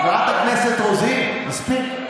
חברת הכנסת רוזין, מספיק.